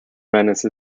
menace